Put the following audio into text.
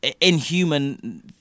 inhuman